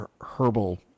herbal